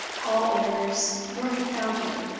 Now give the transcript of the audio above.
all orders were confounded,